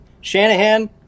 Shanahan